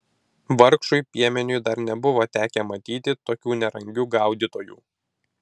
vargšui piemeniui dar nebuvo tekę matyti tokių nerangių gaudytojų